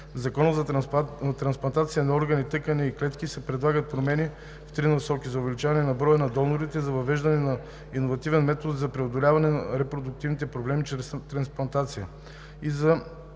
Закона за трансплантация на органи, тъкани и клетки се предлагат промени в три насоки: за увеличаване на броя на донорите, за въвеждане на иновативен метод за преодоляване на репродуктивни проблеми чрез трансплантация